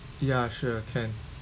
ya sure can